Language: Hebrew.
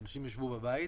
ואנשים ישבו בבית.